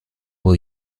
will